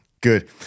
Good